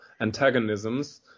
antagonisms